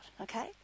Okay